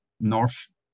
north